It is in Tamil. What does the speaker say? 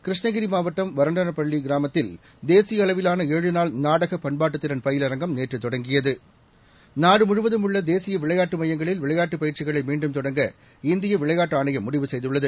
கிருஷ்ணகிரிமாவட்டம் வறட்டணபள்ளிகிராமத்தில் தேசியஅளவிலான ஏழு நாள் நாடகபண்பாட்டுதிறன் பயிலரங்கம் நேற்றுதொடங்கியது நாடுமுழுவதும் உள்ளதேசியவிளையாட்டுமையங்களில் விளையாட்டுபயிற்சிகளைமீண்டும் தொடங்க இந்தியவிளையாட்டுஆணையம் முடிவு செய்துள்ளது